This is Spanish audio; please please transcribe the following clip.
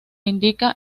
indica